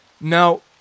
Now